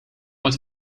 wat